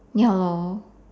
ya lor